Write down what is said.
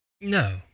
No